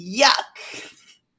yuck